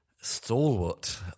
stalwart